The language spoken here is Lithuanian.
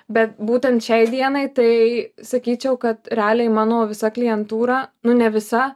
bet būtent šiai dienai tai sakyčiau kad realiai mano visa klientūra nu ne visa